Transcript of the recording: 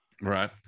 right